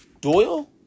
Doyle